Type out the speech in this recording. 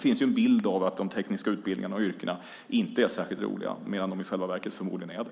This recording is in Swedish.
Det finns en bild av att de tekniska utbildningarna och yrkena inte är roliga medan de i själva verket förmodligen är det.